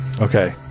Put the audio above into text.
Okay